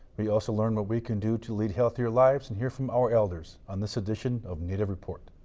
we also learn what we can do to lead healthier lives, and hear from our elders on this edition of native report.